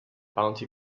bounty